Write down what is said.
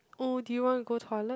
oh do you wanna go toilet